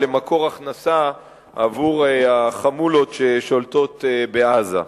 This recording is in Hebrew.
למקור הכנסה עבור החמולות ששולטות בעזה.